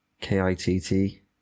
K-I-T-T